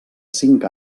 cinc